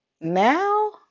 now